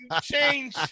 change